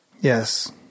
yes